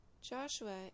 Joshua